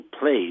place